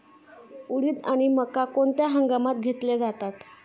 उडीद आणि मका कोणत्या हंगामात घेतले जातात?